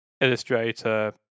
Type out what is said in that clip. illustrator